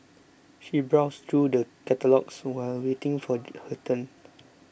she browsed through the catalogues while waiting for her turn